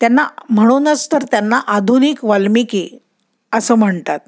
त्यांना म्हणूनच तर त्यांना आधुनिक वाल्मिकी असं म्हणतात